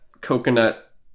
coconut